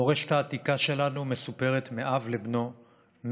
המורשת העתיקה שלנו מסופרת מאב לבנו,